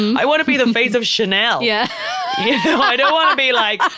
i want to be the face of chanel yeah you know, i don't want to be like,